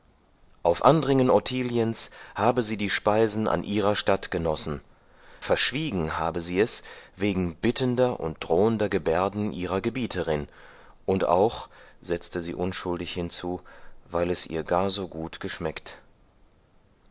auf andringen ottiliens habe sie die speisen an ihrer statt genossen verschwiegen habe sie es wegen bittender und drohender gebärden ihrer gebieterin und auch setzte sie unschuldig hinzu weil es ihr gar so gut geschmeckt